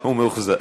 הוא מאוכזב.